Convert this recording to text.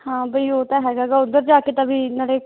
ਹਾਂ ਬਈ ਉਹ ਤਾਂ ਹੈਗਾ ਗਾ ਉੱਧਰ ਜਾ ਕੇ ਤਾਂ ਵੀ ਨਾਲੇ